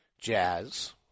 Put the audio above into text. Jazz